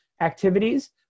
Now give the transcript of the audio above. activities